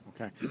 Okay